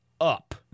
up